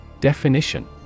Definition